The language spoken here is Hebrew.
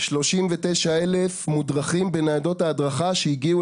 39,000 מודרכים בניידות ההדרכה שהגיעו